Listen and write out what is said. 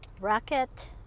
Rocket